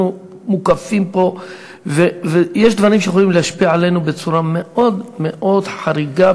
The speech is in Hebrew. אנחנו מוקפים פה ויש דברים שיכולים להשפיע עלינו בצורה מאוד מאוד חריגה,